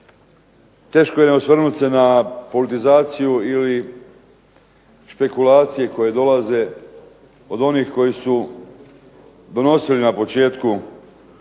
Teško je ne osvrnuti se na politizaciju ili špekulacije koje dolaze od onih koji su donosili na početku